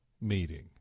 meeting